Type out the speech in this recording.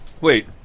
Wait